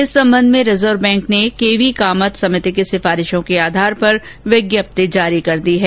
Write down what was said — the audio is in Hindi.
इस संबंध में रिजर्व बैंक ने केवी कामत समिति की सिफारिशों के आधार पर विज्ञप्ति जारी कर दी है